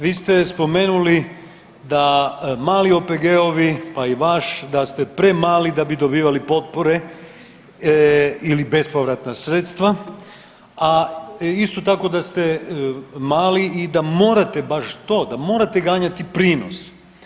Vi ste spomenuli da mali OPG-ovi pa i vaš da ste premali da bi dobivali potpore ili bespovratna sredstva, a isto tako da ste mali i da morate baš to da morate ganjati prinos.